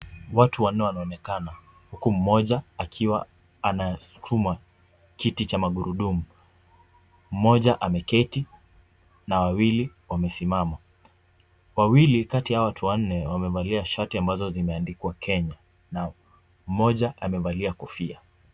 Watu wanne wanaonekana, huku mmoja anasukumu kiti cha magurudumu. Mmoja ameketi na wawili wamesimama, wawili kati ya hawa watu wanne, wamevalia shati ambazo zimeandikwa Kenya na mmoja amevalia kofia.